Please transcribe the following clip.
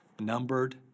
Numbered